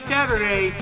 Saturday